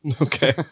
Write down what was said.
Okay